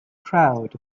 crowd